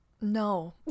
no